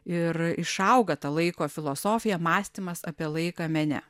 ir išauga ta laiko filosofija mąstymas apie laiką mene